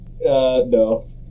no